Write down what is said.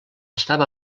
estava